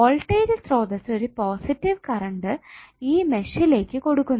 voltage സ്രോതസ്സ് ഒരു positive current ഈ മെഷിലേക്ക് കൊടുക്കുന്നു